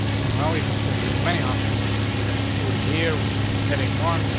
well, you can say you have many options. you can either included here with the heading one,